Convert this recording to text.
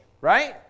right